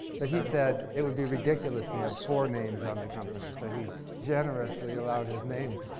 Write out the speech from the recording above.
but he said it would be ridiculous to have four names on the company, so he generously allowed his name.